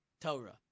Torah